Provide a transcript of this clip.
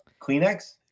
Kleenex